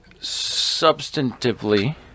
substantively